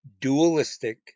dualistic